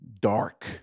dark